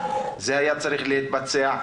זה היה צריך ל התבצע,